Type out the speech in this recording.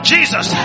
Jesus